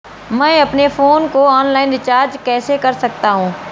मैं अपने फोन को ऑनलाइन रीचार्ज कैसे कर सकता हूं?